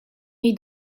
jej